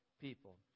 people